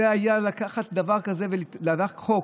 זה היה לקחת דבר כזה, חוק